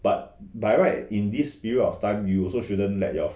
but by right in this period of time you also shouldn't let you